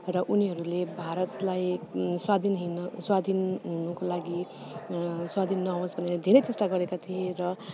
र उनीहरूले भारतलाई स्वाधीन हुन स्वाधीन हुनुको लागि स्वाधीन नहोस् भनेर धेरै चेष्टा गरेका थिएँ र